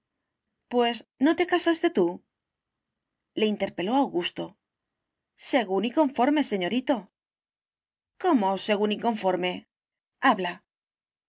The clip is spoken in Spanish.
pues no te casaste tú le interpeló augusto según y conforme señorito cómo según y conforme habla